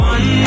One